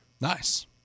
Nice